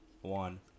one